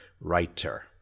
writer